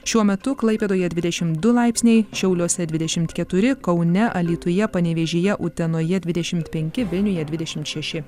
šiuo metu klaipėdoje dvidešim du laipsniai šiauliuose dvidešim keturi kaune alytuje panevėžyje utenoje dvidešim penki vilniuje dvidešim šeši